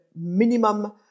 minimum